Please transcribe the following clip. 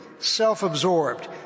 self-absorbed